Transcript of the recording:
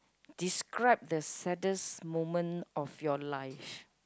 describe the saddest moment of your life